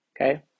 Okay